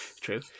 true